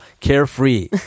carefree